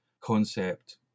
concept